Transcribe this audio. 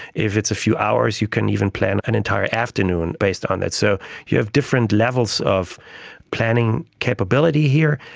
if it's a few hours you can even plan an entire afternoon based on that. so you have different levels of planning capability here,